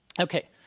Okay